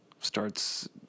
starts